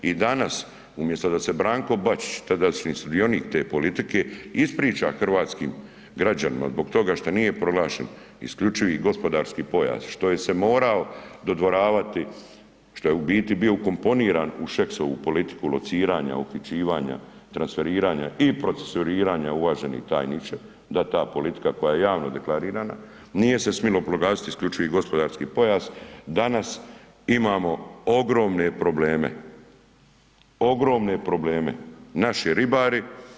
I danas umjesto da se Branko Bačić tadašnji sudionik te politike ispriča hrvatskim građanima zbog toga što nije proglašen isključivi gospodarski pojas, što je se morao dodvoravati što je u biti bio ukomponiran u Šeksovu politiku lociranja, uhićivanja, transferiranja i procesuiranja uvaženi tajniče, da taj politika koja je javno deklarirana nije se smilo proglasiti isključivi gospodarski pojas, danas imamo ogromne probleme, naši ribari.